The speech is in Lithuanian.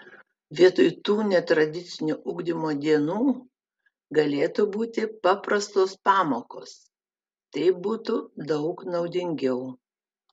vietoj tų netradicinio ugdymo dienų galėtų būti paprastos pamokos taip būtų daug naudingiau